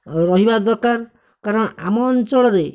ରହିବା ଦରକାର କାରଣ ଆମ ଅଞ୍ଚଳରେ